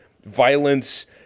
violence